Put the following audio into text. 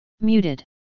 muted